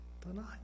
tonight